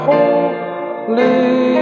Holy